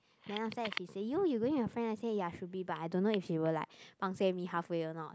then after that she say you you going with your friend then I say ya should be but I don't know if she will like pangseh me halfway or not